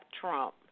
Trump